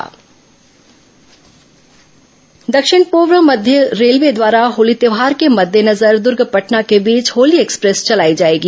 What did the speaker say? Holi Express दक्षिण पूर्व मध्य रेलवे द्वारा होली त्यौहार के मद्देनजर दुर्ग पटना के बीच होली एक्सप्रेस चलाई जाएगी